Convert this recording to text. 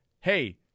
hey